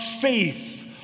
faith